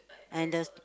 and the